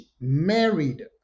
married